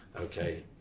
Okay